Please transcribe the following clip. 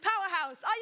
Powerhouse